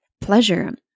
pleasure